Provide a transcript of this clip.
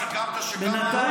כמה סיכמת, בבקשה.